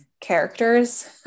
characters